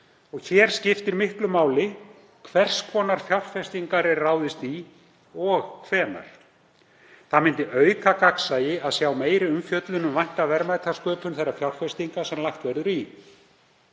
Hér skiptir miklu hvers konar fjárfestingar er ráðist í og hvenær. Það myndi auka gagnsæi að sjá meiri umfjöllun um vænta verðmætasköpun þeirra fjárfestinga sem lagt verður í.